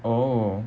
oh